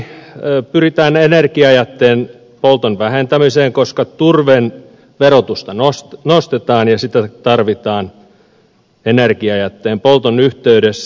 tällä ilmeisesti pyritään energiajätteen polton vähentämiseen koska turpeen verotusta nostetaan ja sitä tarvitaan energiajätteen polton yhteydessä